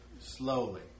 slowly